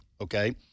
Okay